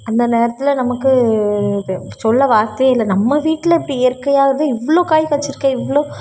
அந்த நேரத்தில் நமக்கு இது சொல்ல வார்த்தையே இல்லை நம்ம வீட்டில் இப்படி இயற்கையாக இது இவ்வளோ காய் காய்ச்சிருக்கே இவ்வளோ